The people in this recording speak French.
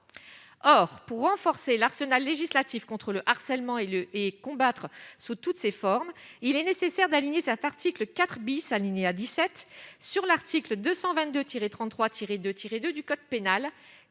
or pour renforcer l'arsenal législatif contre le harcèlement et le et combattre sous toutes ses formes, il est nécessaire d'aligner cet article IV bis alinéa 17 sur l'article 222 tiré 33 tiré